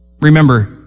Remember